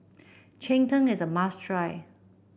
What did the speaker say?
Cheng Tng is a must try